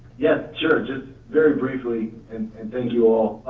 yes, sure just very briefly, and and thank you all.